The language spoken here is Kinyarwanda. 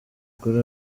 kuri